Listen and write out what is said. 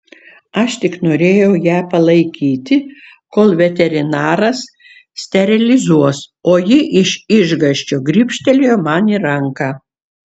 aš tik norėjau ją palaikyti kol veterinaras sterilizuos o ji iš išgąsčio gribštelėjo man į ranką